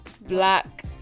black